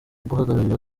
guhagararira